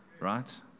right